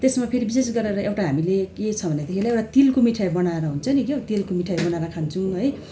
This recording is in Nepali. त्यसमा फेरि विशेष गरेर एउटा हामीले के छ भन्दाखेरिलाई एउटा तिलको मिठाई बनाएर हुन्छ नि त्यो तिलको मिठाई बनाएर खान्छौँ है